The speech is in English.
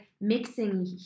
mixing